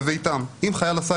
בבקשה.